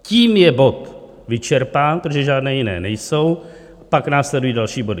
Tím je bod vyčerpán, protože žádné jiné nejsou, pak následují další body.